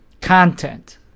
content